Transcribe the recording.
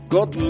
God